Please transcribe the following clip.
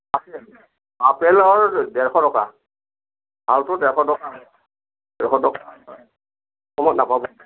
আছে আছে আপেলৰ ডেৰশ টকা ভালটোত ডেৰশ টকা হৈ আছে ডেৰশ টকাৰ কমত অঁ নাপাব